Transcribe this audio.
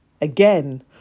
again